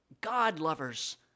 God-lovers